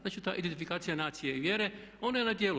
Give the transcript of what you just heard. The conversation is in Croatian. Znači ta identifikacija nacije i vjere, ona je na djelu.